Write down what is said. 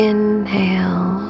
Inhale